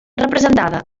representada